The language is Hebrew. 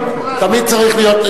תמיד צריך להיות,